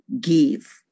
give